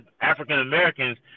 African-Americans